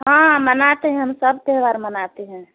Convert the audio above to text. हाँ मनाते हैं हम सब त्यौहार मनाती हैं